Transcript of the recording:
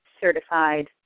certified